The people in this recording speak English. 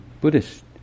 Buddhist